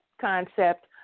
concept